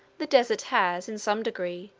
the desert has, in some degree,